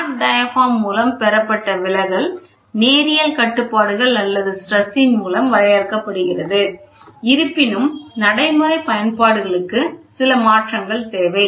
plot diaphragm மூலம் பெறப்பட்ட விலகல் நேரியல் கட்டுப்பாடுகள் அல்லது stress ன் மூலம் வரையறுக்கப்படுகிறது இருப்பினும் நடைமுறை பயன்பாடுகளுக்கு சில மாற்றங்கள் தேவை